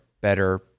better